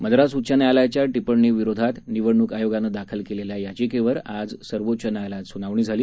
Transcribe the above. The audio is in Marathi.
मद्रास उच्च न्यायालयाच्या टिप्पणीविरोधात निवडणूक आयोगानं दाखल केलेल्या याचिकेवर आज सर्वोच्च न्यायालयात सुनावणी झाली